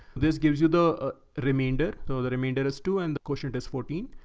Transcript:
this gives you the remainder. so the remainder is two and quotient is fourteen.